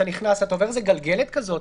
כי כשאתה נכנס אתה עובר איזו שהיא גלגלת כזאת.